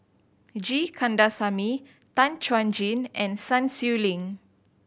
G Kandasamy Tan Chuan Jin and Sun Xueling